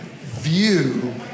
view